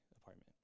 apartment